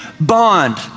bond